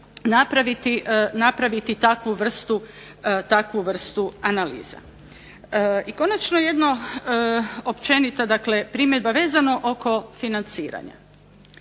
napraviti takvu vrstu analiza. I konačno jedno općenita, dakle primjedba vezano oko financiranja.